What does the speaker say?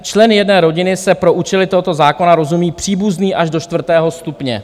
Členy jedné rodiny se pro účely tohoto zákona rozumí příbuzný až do čtvrtého stupně.